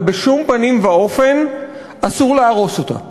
אבל בשום פנים ואופן אסור להרוס אותה,